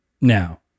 Now